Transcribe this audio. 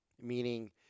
meaning